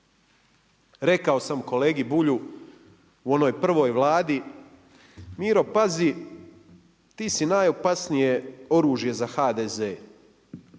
Rekao sam kolegi Bulju u onoj prvoj Vladi Miro pazi ti si najopasnije oružje za HDZ.